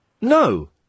No